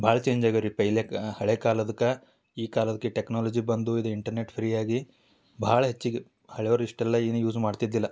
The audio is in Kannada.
ಭಾಳ್ ಚೇಂಜ್ ಆಗ್ಯಾರ ರೀ ಪೆಹೆಲೇಕ ಹಳೆ ಕಾಲದ್ಕ ಈ ಕಾಲದ್ಕೆ ಟೆಕ್ನಾಲಜಿ ಬಂದು ಇದು ಇಂಟರ್ನೆಟ್ ಫ್ರೀ ಆಗಿ ಭಾಳ ಹೆಚ್ಚಿಗಿ ಹಳೆಯವ್ರ ಇಷ್ಟೆಲ್ಲಾ ಏನು ಯೂಸ್ ಮಾಡ್ತಿದ್ದಿಲ್ಲ